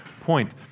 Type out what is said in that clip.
point